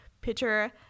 picture